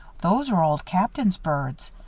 those are old captain's birds.